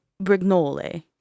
Brignole